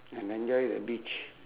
and enjoy the beach